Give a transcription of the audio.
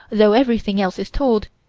though everything else is told,